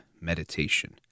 meditation